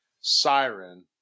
Siren